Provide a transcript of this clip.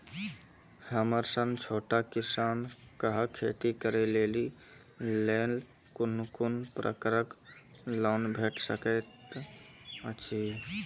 हमर सन छोट किसान कअ खेती करै लेली लेल कून कून प्रकारक लोन भेट सकैत अछि?